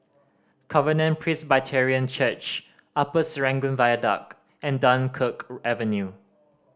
Covenant Presbyterian Church Upper Serangoon Viaduct and Dunkirk Avenue